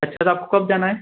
अच्छा तो आपको कब जाना है